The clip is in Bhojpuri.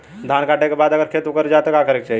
धान कांटेके बाद अगर खेत उकर जात का करे के चाही?